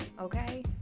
okay